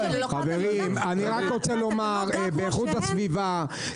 איכות הסביבה,